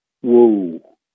whoa